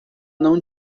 não